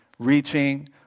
Reaching